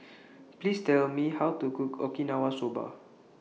Please Tell Me How to Cook Okinawa Soba